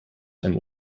einem